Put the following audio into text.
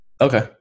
Okay